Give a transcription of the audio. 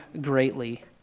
greatly